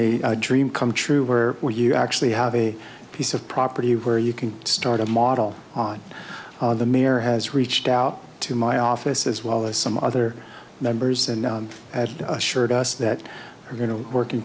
a dream come true where were you actually have a piece of property where you can start a model on the mayor has reached out to my office as well as some other members and assured us that we're going to work in